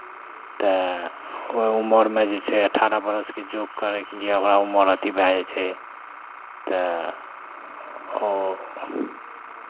तऽ ओहि उमरमे जे छै अठारह बरसके जॉब करयके लिए ओकरा उमर अथी भए जाइ छै तऽ ओ